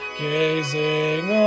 gazing